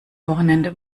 wochenende